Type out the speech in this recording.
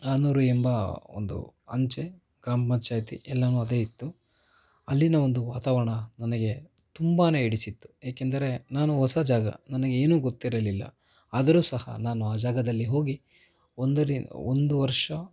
ಹಾನೂರು ಎಂಬ ಒಂದು ಅಂಚೆ ಗ್ರಾಮ ಪಂಚಾಯಿತಿ ಎಲ್ಲವೂ ಅದೇ ಇತ್ತು ಅಲ್ಲಿನ ಒಂದು ವಾತಾವರಣ ನನಗೆ ತುಂಬನೇ ಹಿಡಿಸಿತ್ತು ಏಕೆಂದರೆ ನಾನು ಹೊಸ ಜಾಗ ನನಗೆ ಏನು ಗೊತ್ತಿರಲಿಲ್ಲ ಆದರೂ ಸಹ ನಾನು ಆ ಜಾಗದಲ್ಲಿ ಹೋಗಿ ಒಂದು ರೀ ಒಂದು ವರ್ಷ